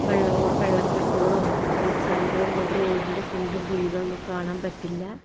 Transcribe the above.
വെള്ളങ്ങൊ വെള്ളക്കെട്ടുകളും വെള്ളച്ചാലുകളും കൊണ്ട് റോഡിന്റെ കുണ്ടും കുഴികളൊന്നും കാണാൻ പറ്റില്ല